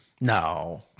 No